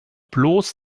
bloß